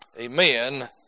amen